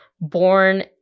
born